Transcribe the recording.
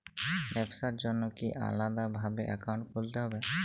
ব্যাবসার জন্য কি আলাদা ভাবে অ্যাকাউন্ট খুলতে হবে?